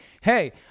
hey